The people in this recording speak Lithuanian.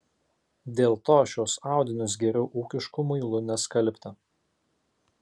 dėl to šiuos audinius geriau ūkišku muilu neskalbti